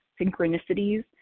synchronicities